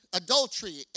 adultery